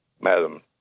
Madam